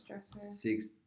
six